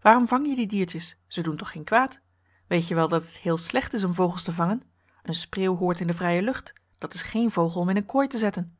waarom vang je die diertjes ze doen toch geen kwaad weet je henriette van noorden weet je nog wel van toen wel dat het heel slecht is om vogels te vangen een spreeuw hoort in de vrije lucht dat is geen vogel om in een kooi te zetten